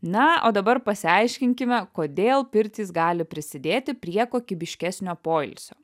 na o dabar pasiaiškinkime kodėl pirtys gali prisidėti prie kokybiškesnio poilsio